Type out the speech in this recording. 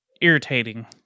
irritating